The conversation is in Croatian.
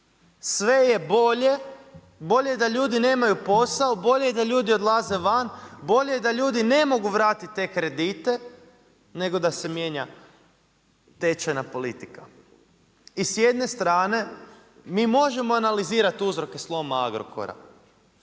sve je bolje, bolje je da ljudi nemaju posao, bolje je da ljudi odlaze van, bolje je da ljudi ne mogu vratiti te kredite nego da se mijenja tečajna politika. I s jedne strane mi možemo analizirati uzroke sloma Agrokora